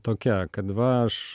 tokia kad va aš